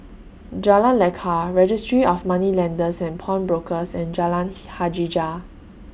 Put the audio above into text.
Jalan Lekar Registry of Moneylenders and Pawnbrokers and Jalan Hajijah